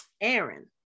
Aaron